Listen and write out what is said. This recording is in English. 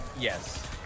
Yes